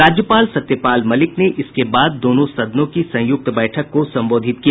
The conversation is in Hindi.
राज्यपाल सत्यपाल मलिक ने इसके बाद दोनों सदनों की संयुक्त बैठक को संबोधित किया